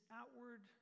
outward